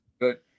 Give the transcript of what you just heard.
good